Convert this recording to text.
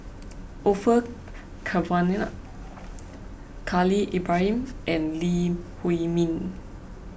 Orfeur Cavenagh Khalil Ibrahim and Lee Huei Min